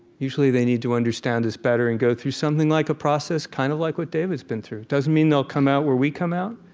usually, they need to understand us better and go through something like a process kind of like what david's been through. it doesn't mean they'll come out where we come out,